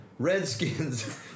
Redskins